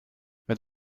mit